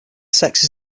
sexes